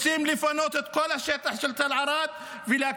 רוצים לפנות את כל השטח של תל ערד ולהקים